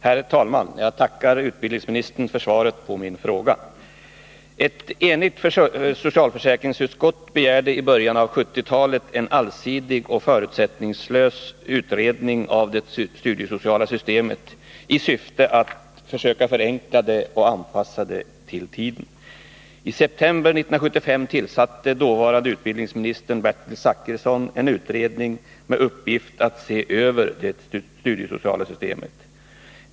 Herr talman! Jag tackar utbildningsministern för svaret på min fråga. Ett enigt socialförsäkringsutskott begärde i början av 1970-talet en allsidig och förutsättningslös utredning av det studiesociala systemet i syfte att försöka förenkla det och anpassa det till tiden. I september 1975 tillsatte dåvarande utbildningsministern Bertil Zachrisson en utredning med uppgift att se över det studiesociala systemet.